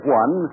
one